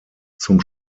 zum